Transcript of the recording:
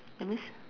that means